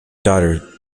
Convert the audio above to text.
daughter